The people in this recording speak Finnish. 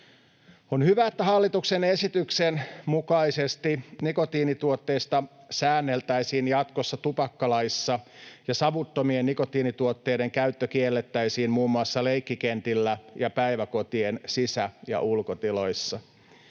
On hyvä, että hallituksen esityksen mukaisesti nikotiinituotteista säänneltäisiin jatkossa tupakkalaissa ja savuttomien nikotiinituotteiden käyttö kiellettäisiin muun muassa leikkikentillä ja päiväkotien sisä- ja ulkotiloissa.